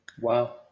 Wow